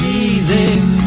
Breathing